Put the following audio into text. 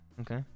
Okay